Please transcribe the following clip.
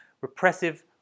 Repressive